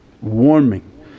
warming